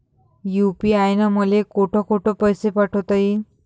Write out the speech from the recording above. UPI न मले कोठ कोठ पैसे पाठवता येईन?